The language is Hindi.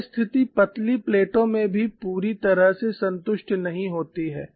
यह स्थिति पतली प्लेटों में भी पूरी तरह से संतुष्ट नहीं होती है